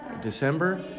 December